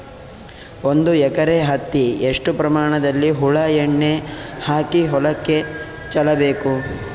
ಒಂದು ಎಕರೆ ಹತ್ತಿ ಎಷ್ಟು ಪ್ರಮಾಣದಲ್ಲಿ ಹುಳ ಎಣ್ಣೆ ಹಾಕಿ ಹೊಲಕ್ಕೆ ಚಲಬೇಕು?